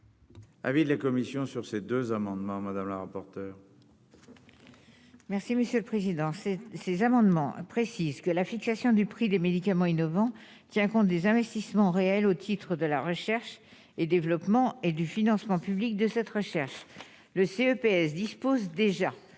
Avis de la commission sur ces deux amendements madame la rapporteure.